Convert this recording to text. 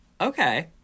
Okay